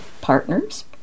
partners